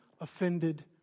offended